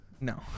No